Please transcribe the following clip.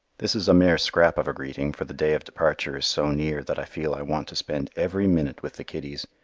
this is a mere scrap of a greeting, for the day of departure is so near that i feel i want to spend every minute with the kiddies.